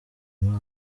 muri